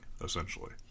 essentially